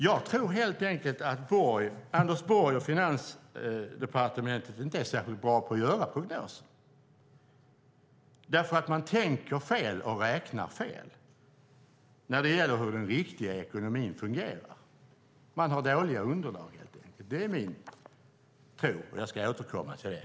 Jag tror helt enkelt att Anders Borg och Finansdepartementet inte är särskilt bra på att göra prognoser eftersom man tänker fel och räknar fel när det gäller hur den riktiga ekonomin fungerar. Man har helt enkelt dåliga underlag. Det är min tro, och jag ska återkomma till detta.